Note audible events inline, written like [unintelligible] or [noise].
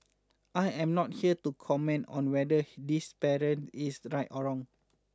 I am not here to comment on whether [unintelligible] this parent is right or wrong